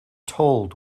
told